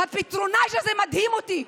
הפטרונז' הזה מדהים אותי.